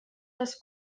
les